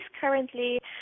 currently